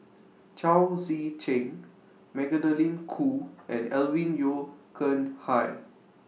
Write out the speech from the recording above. Chao Tzee Cheng Magdalene Khoo and Alvin Yeo Khirn Hai